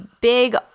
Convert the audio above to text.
big